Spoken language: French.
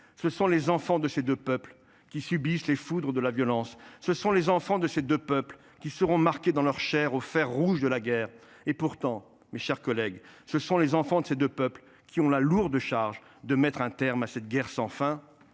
Ce sont les enfants de ces deux peuples qui subissent les foudres de la violence. Ce sont les enfants de ces deux peuples qui seront marqués dans leur chair, au fer rouge de la guerre. Et pourtant, mes chers collègues, ce sont les enfants de ces deux peuples qui ont la lourde charge de mettre un terme à cette guerre sans fin.